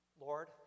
Lord